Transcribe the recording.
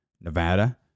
Nevada